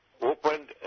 opened